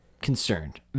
Concerned